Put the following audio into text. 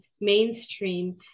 mainstream